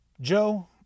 Joe